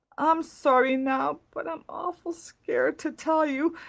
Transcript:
i'm sorry now but i'm awful scared to tell you.